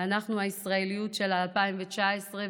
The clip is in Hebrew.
אנחנו הישראליות של 2019,